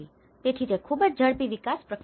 તેથી તે ખૂબ જ ઝડપી વિકાસ પ્રક્રિયા છે